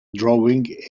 drawing